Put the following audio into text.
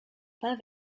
pas